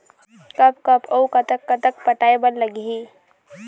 कब कब अऊ कतक कतक पटाए बर लगही